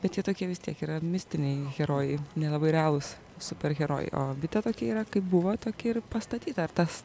bet jie tokie vis tiek yra mistiniai herojai nelabai realūs superherojai o bitė tokia yra kaip buvo tokia ir pastatyta ar tas